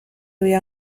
روی